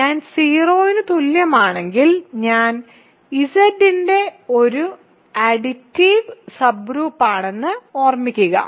ഞാൻ 0 ന് തുല്യമാണെങ്കിൽ ഞാൻ Z ന്റെ ഒരു അഡിറ്റീവ് സബ്ഗ്രൂപ്പാണെന്ന് ഓർമ്മിക്കുക